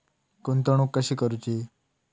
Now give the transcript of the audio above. गुंतवणूक कशी करूची?